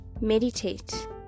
meditate